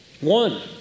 One